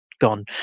gone